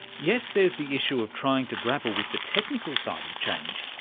yes there's the issue of trying to grapple with the technical side of change,